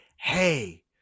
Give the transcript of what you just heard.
Hey